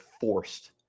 forced